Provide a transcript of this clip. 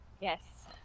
Yes